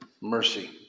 mercy